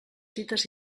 dites